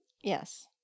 yes